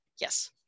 Yes